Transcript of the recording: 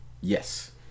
yes